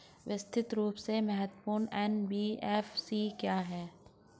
व्यवस्थित रूप से महत्वपूर्ण एन.बी.एफ.सी क्या हैं?